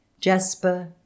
jasper